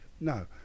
No